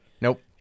Nope